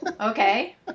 Okay